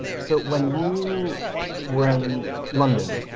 so when you were in london,